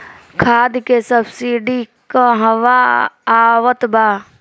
खाद के सबसिडी क हा आवत बा?